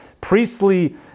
priestly